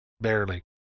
Barely